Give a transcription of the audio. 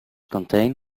contain